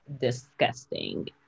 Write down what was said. disgusting